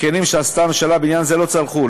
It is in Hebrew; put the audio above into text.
הכנים שעשתה הממשלה בעניין זה לא צלחו,